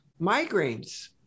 Migraines